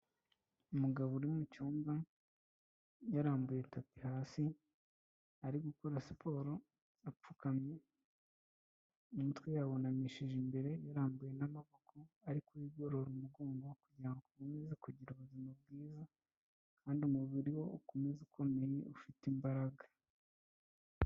Umugabo uri mu cyumba yarambuye tapi hasi, ari gukora siporo apfukamye, umutwe yawunamishije imbere, yarambuye n'amaboko ari kwigorora umugongo kugira ngo akomeze kugira ubuzima bwiza kandi umubiri we ukomeze ukomeye, ufite imbaraga.